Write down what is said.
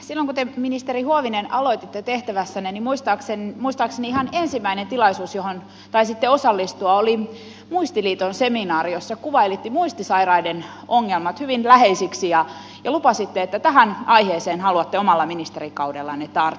silloin kun te ministeri huovinen aloititte tehtävässänne niin muistaakseni ihan ensimmäinen tilaisuus johon taisitte osallistua oli muistiliiton seminaari jossa kuvailitte muistisairaiden ongelmat hyvin läheisiksi ja lupasitte että tähän aiheeseen haluatte omalla ministerikaudellanne tarttua